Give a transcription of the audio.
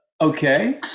Okay